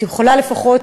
יכולה לפחות